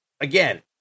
again